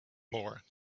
more